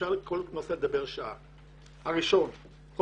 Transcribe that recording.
אפשר לדבר שעה על כל נושא: הראשון הוא